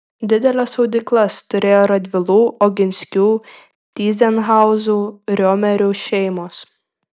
dideles audyklas turėjo radvilų oginskių tyzenhauzų riomerių šeimos